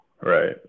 Right